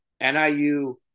NIU